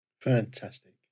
Fantastic